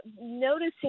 noticing